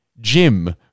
Jim